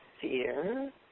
fear